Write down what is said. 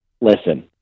listen